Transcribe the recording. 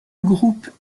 groupe